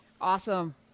Awesome